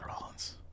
Rollins